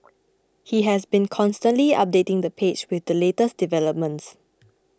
he has been constantly updating the page with the latest developments